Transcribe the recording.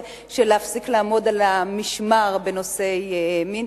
להפסיק לעמוד על המשמר בנושאי מין.